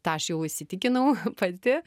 tą aš jau įsitikinau pati